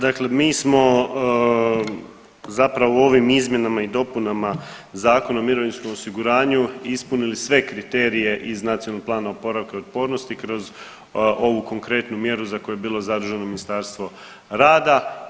Dakle, mi smo zapravo ovim izmjenama i dopunama Zakona o mirovinskom osiguranju ispunili sve kriterije iz Nacionalnog plana oporavka i otpornosti kroz ovu konkretnu mjeru za koju je bilo zaduženo Ministarstvo rada.